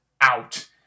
out